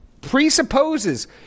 Presupposes